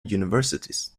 universities